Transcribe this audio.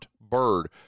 Bird